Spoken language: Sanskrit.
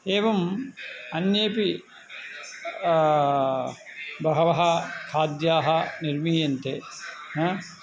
एवम् अन्येपि बहवः खाद्याः निर्मीयन्ते हा